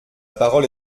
parole